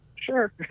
sure